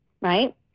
right